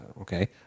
Okay